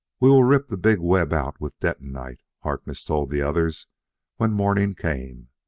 we will rip the big web out with detonite, harkness told the others when morning came.